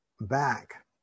back